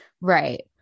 Right